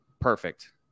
perfect